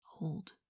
Old